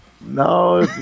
No